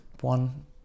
one